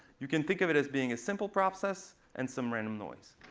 you can think of it as being a simple process and some random noise.